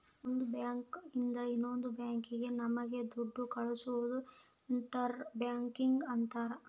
ಒಂದ್ ಬ್ಯಾಂಕ್ ಇಂದ ಇನ್ನೊಂದ್ ಬ್ಯಾಂಕ್ ಗೆ ನಮ್ ದುಡ್ಡು ಕಳ್ಸೋದು ಇಂಟರ್ ಬ್ಯಾಂಕಿಂಗ್ ಅಂತಾರ